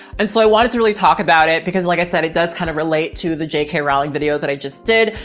and so i wanted to really talk about it because like i said, it does kind of relate to the j k rowling video that i just did.